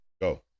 Go